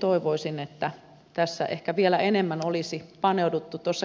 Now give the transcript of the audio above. toivoisin että tässä ehkä vielä enemmän olisi paneuduttu siihen